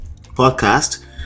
podcast